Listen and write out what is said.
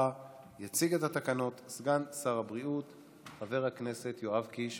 שהצביעו בעד אני מצרף את קולו של חבר הכנסת מיקי לוי,